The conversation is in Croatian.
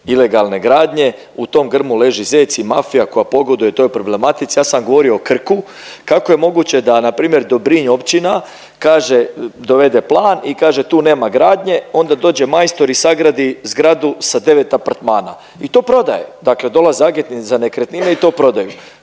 ilegalne gradnje, u tom grmu leži zec i mafija koja pogoduje toj problematici. Ja sam vam govorio o Krku. Kako je moguće da npr. Dobrinj općina kaže, dovede plan i kaže tu nema gradnje, onda dođe majstor i sagradi zgradu sa 9 apartmana. I to prodaje. Dakle dolaze agenti za nekretnine i to prodaju.